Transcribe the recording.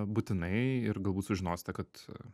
būtinai ir galbūt sužinosite kad